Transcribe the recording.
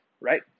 Right